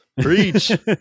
preach